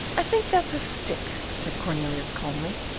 i think that's a stick, said cornelius calmly,